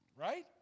right